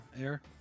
air